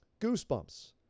Goosebumps